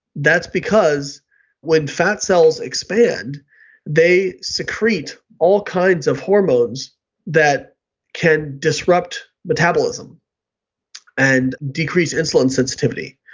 that's because when fat cells expand they secrete all kinds of hormones that can disrupt metabolism and decrease insulin sensitivity.